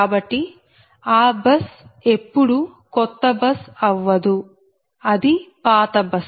కాబట్టి ఆ బస్ ఎప్పుడు కొత్త బస్ అవ్వదు అది పాత బస్